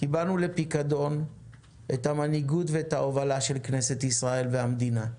קיבלנו לפיקדון את המנהיגות ואת ההובלה של כנסת ישראל והמדינה.